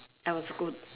that was good